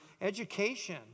education